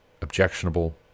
objectionable